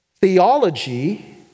Theology